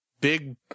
big